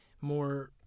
more